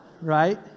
right